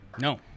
No